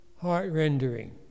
heart-rendering